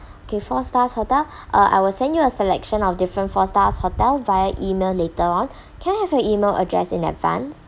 okay four stars hotel uh I will send you a selection of different four stars hotel via email later on can I have your email address in advance